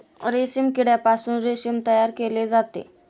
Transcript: रेशीम किड्यापासून रेशीम तयार केले जाते